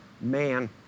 man